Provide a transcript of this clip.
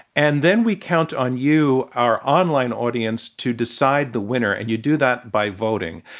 and then, we count on you, our online audience, to decide the winner. and you do that by voting.